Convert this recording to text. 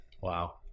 Wow